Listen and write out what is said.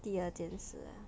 第二件事 ah